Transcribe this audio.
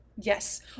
Yes